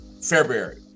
February